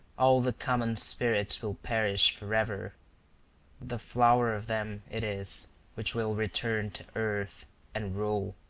all the common spirits will perish forever the flower of them it is which will return to earth and rule.